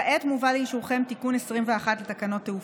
כעת מובא לאישורכם תיקון 21 לתקנות תעופה.